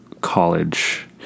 college